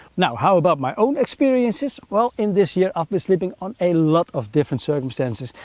now, how about my own experiences? well, in this year, i've been sleeping on a lot of different circumstances,